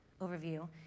overview